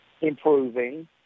improving